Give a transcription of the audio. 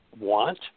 want